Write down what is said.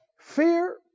Fear